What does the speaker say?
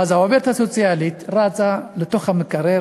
ואז העובדת הסוציאלית רצה למקרר,